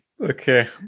okay